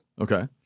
Okay